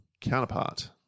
Counterpart